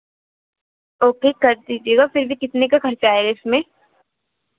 okay कर दीजिएगा फिर भी कितने का खर्चा आएगा इसमें